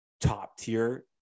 top-tier